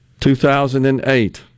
2008